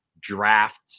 draft